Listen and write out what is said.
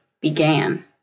began